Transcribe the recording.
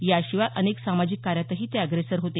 याशिवाय अनेक सामाजिक कार्यातही ते अग्रेसर होते